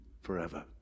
forever